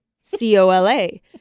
C-O-L-A